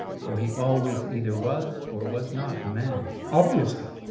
for he always either was or was not a man. obviously.